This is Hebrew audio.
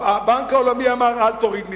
הבנק העולמי אמר: אל תוריד מסים.